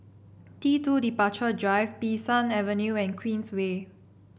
T two Departure Drive Bee San Avenue and Queensway